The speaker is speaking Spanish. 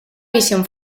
visión